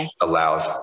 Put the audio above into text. allows